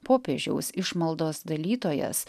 popiežiaus išmaldos dalytojas